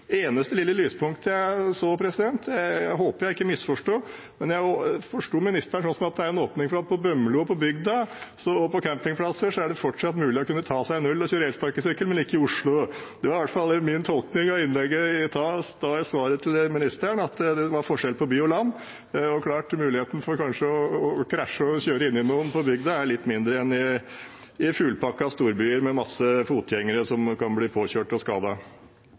eneste lille lyspunktet jeg så – jeg håper jeg ikke misforsto, men jeg forsto ministeren sånn at det er en åpning for at på Bømlo, på bygda og på campingplasser, er det fortsatt mulig å kunne ta seg en øl og kjøre elsparkesykkel, men ikke i Oslo. Det var i hvert fall min tolkning av ministerens innlegg i stad – at det er forskjell på by og land. Det er klart at muligheten for å kanskje krasje og kjøre inn i noen på bygda er litt mindre enn i fullpakkede storbyer med masse fotgjengere som kan bli påkjørt og